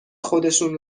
خودشون